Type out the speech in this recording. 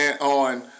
on